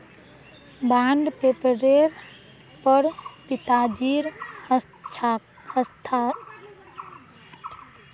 bond पेपरेर पर पिताजीर हस्ताक्षर होना जरूरी छेक